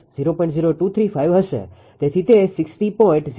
0235 હશે તેથી તે 60